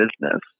business